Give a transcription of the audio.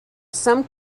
some